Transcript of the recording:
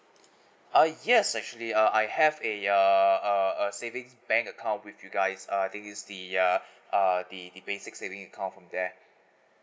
uh yes actually uh I have a uh uh a savings bank account with you guys err I think it's the uh uh the the basic saving account from there